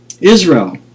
Israel